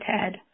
Ted